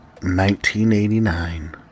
1989